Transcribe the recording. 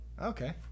Okay